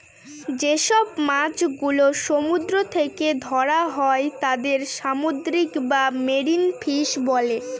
যেসব মাছ গুলো সমুদ্র থেকে ধরা হয় তাদের সামুদ্রিক বা মেরিন ফিশ বলে